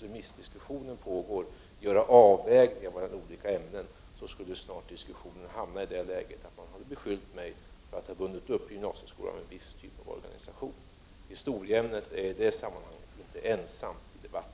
remissdiskussionen pågår, börja göra avvägningar mellan olika ämnen, skulle jag snart i diskussionen beskyllas för att ha bundit upp gymnasieskolan med en viss typ av organisation. Historieämnet är i det sammanhanget inte ensamt i debatten.